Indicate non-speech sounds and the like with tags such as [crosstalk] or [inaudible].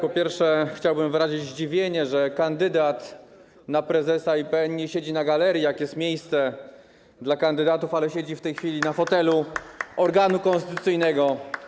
Po pierwsze, chciałbym wyrazić zdziwienie, że kandydat na stanowisko prezesa IPN nie siedzi na galerii, gdzie jest miejsce dla kandydatów, ale siedzi w tej chwili na fotelu [applause] organu konstytucyjnego.